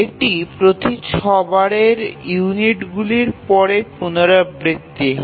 এটি প্রতি ৬ বারের ইউনিটগুলির পরে পুনরাবৃত্তি হয়